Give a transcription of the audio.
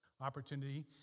opportunity